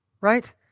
right